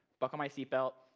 buckle my seat belt,